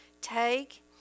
Take